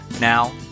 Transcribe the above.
Now